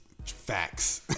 facts